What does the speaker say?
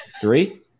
Three